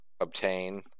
obtain